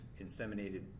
inseminated